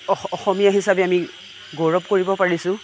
অস অসমীয়া হিচাপে আমি গৌৰৱ কৰিব পাৰিছোঁ